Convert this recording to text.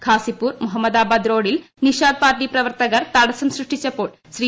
ഖാസിപൂർ മുഹമ്മദാബാദ് റോഡിൽ നിഷാദ് പാർട്ടി പ്രവർത്തകർ തടസം സൃഷ്ടിച്ചപ്പോൾ ശ്രീ